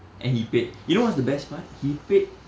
and he paid you know what's the best part he paid